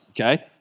okay